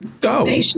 go